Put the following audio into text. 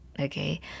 okay